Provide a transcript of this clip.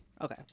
Okay